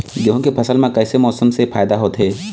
गेहूं के फसल म कइसे मौसम से फायदा होथे?